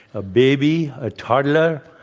a baby, a toddler,